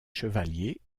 chevaliers